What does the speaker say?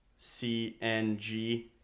CNG